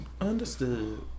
Understood